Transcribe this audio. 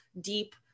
deep